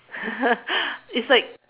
it's like